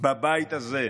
בבית הזה.